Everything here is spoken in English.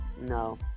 No